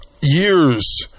years